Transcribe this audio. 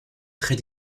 très